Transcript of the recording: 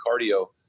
cardio